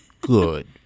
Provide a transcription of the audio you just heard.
good